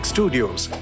Studios